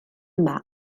yma